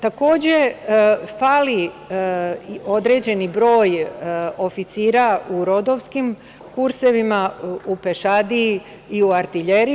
Takođe, fali određeni broj oficira u rodovskim kursevima, u pešadiji i u artiljeriji.